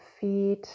feet